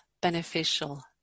beneficial